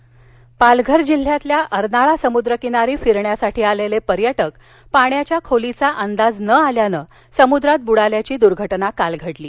समद्रात बडाले पालघर पालघर जिल्ह्यातल्या अर्नाळा समुद्र किनारी फिरण्यासाठी आलेले पर्यटक पाण्याच्या खोलीचा अंदाज न आल्यानं समुद्रात बुडाल्याची दूर्घटना काल घडली